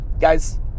guys